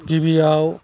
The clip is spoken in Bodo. गिबियाव